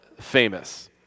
famous